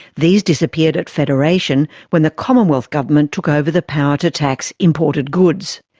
these disappeared at federation when the commonwealth government took over the power to tax imported goods.